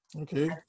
Okay